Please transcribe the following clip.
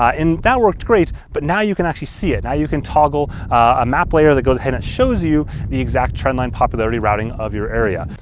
ah that worked great, but now you can actually see it. now you can toggle a map layer that goes ahead and shows you the exact trendline popularity routing of your area.